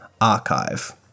archive